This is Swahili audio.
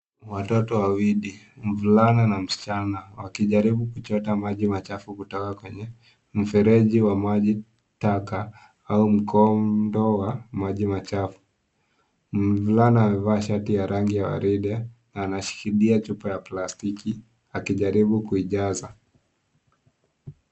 Watoto wawili mvulana na msichana wakijaribu kuchota maji machafu kutoka kwenye mfereji wa maji taka au mkondo wa maji machafu ,mvulana amevaa shati ya rangi ya waride na ameshikilia chupa ya plasitiki akijaribu kuijaza.